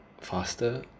faster